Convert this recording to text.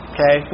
Okay